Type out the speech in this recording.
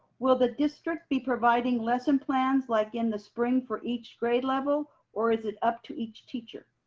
will the district be providing lesson plans like in the spring for each grade level? or is it up to each teacher?